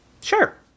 Sure